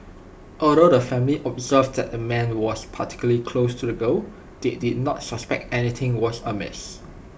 although the family observed that the man was particularly close to the girl they did not suspect anything was amiss